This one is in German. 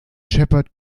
shepherd